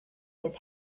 his